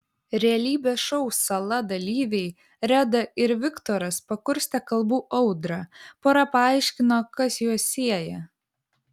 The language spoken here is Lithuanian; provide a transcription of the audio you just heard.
realybės šou sala dalyviai reda ir viktoras pakurstė kalbų audrą pora paaiškino kas juos sieja